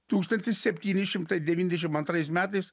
tūkstantis septyni šimtai devyniasdešimt antrais metais